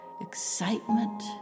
excitement